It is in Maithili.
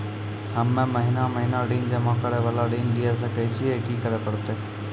हम्मे महीना महीना ऋण जमा करे वाला ऋण लिये सकय छियै, की करे परतै?